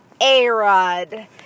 A-Rod